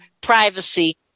privacy